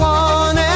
one